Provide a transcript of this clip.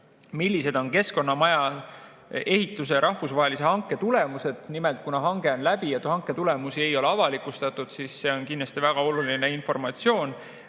Millised on Keskkonnamaja ehituse rahvusvahelise hanke tulemused? Nimelt, kuna hange on läbi ja hanke tulemusi ei ole avalikustatud, siis see on kindlasti väga oluline informatsioon